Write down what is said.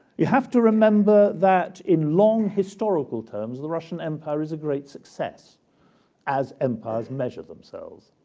you have to remember that in long historical terms, the russian empire is a great success as empires measure themselves.